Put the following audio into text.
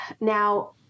Now